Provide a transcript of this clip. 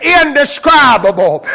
indescribable